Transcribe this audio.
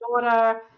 daughter